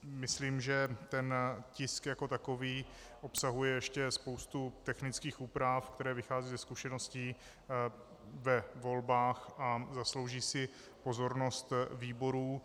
Myslím, že tisk jako takový obsahuje ještě spoustu technických úprav, které vycházejí ze zkušeností ve volbách a zaslouží si pozornost výborů.